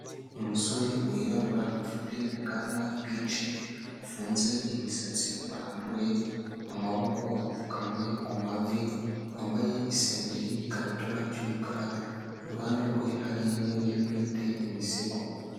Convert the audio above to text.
Umusore wirabura ufite ubwanwa bwinshi, wafunze imisatsi, warambuye amaboko apfukamye ku mavi, wambaye isengeri n'ikabutura by'umukara, iruhande rwe hari intebe ifite imisego.